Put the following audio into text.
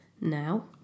now